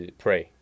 pray